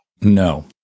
No